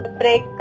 break